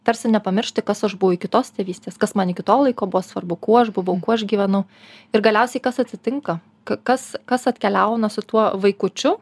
tarsi nepamiršti kas aš buvau iki tos tėvystės kas man iki to laiko buvo svarbu kuo aš buvau kuo aš gyvenau ir galiausiai kas atsitinka kas kas atkeliauna su tuo vaikučiu